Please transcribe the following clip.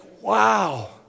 wow